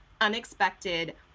unexpected